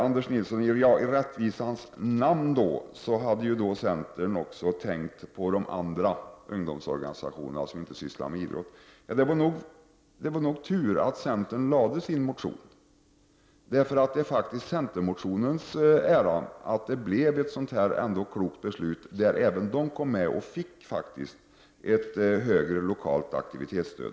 Anders Nilsson säger också, ”i rättvisans namn”, att centern hade tänkt på de andra ungdomsorganisationerna som inte sysslar med idrott. Det var nog tur att centern lade fram sin motion. Det är faktiskt centermotionens ära att det blev ett så klokt beslut, som innebar att även de övriga ungdomsorganisationerna fick ett högre lokalt aktivitetsstöd.